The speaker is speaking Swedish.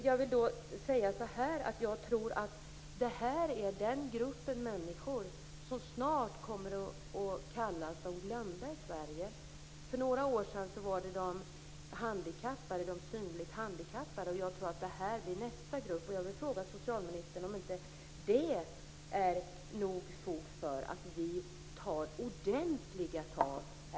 Jag vill säga så här: Jag tror att detta är de människor som snart kommer att kallas "de glömda" i Sverige. För några år sedan gällde det de synligt handikappade. Jag tror att detta blir nästa grupp. Jag vill fråga socialministern om inte det är nog fog för att ta ordentliga tag.